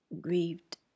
Grieved